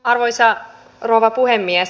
arvoisa rouva puhemies